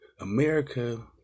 America